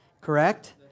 Correct